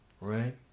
right